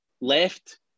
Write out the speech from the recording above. left